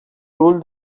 told